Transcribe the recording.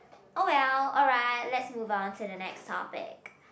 oh well oh right let's move on to the next topic